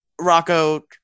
Rocco